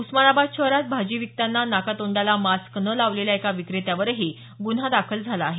उस्मानाबाद शहरात भाजी विकतांना नाका तोंडाला मास्क न लावलेल्या एका विक्रेत्यांवरही गुन्हा दाखल झाला आहे